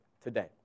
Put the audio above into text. today